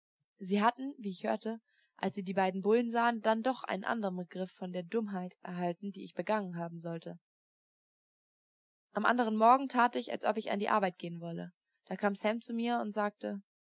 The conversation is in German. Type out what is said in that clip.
sie hatten wie ich hörte als sie die beiden bullen sahen denn doch einen andern begriff von der dummheit erhalten die ich begangen haben sollte am andern morgen tat ich als ob ich an die arbeit gehen wolle da kam sam zu mir und sagte